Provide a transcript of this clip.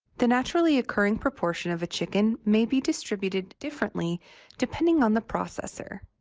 the naturally occurring proportion of a chicken may be distributed differently depending on the processor.